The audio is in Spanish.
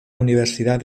universidad